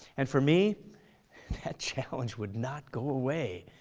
and for me that challenge would not go away.